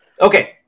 Okay